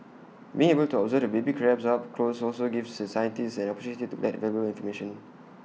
being able to observe the baby crabs up close also gave the scientists the opportunity to collect valuable information